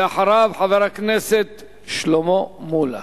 אחריו, חבר הכנסת שלמה מולה.